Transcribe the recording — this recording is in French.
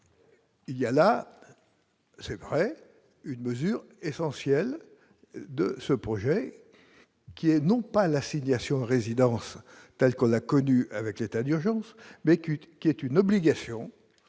il y a là, c'est vrai, une mesure essentielle de ce projet qui est non pas l'assignation à résidence, telle qu'on a connu avec l'état d'urgence, mais qui, qui est une obligation